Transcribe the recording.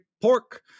pork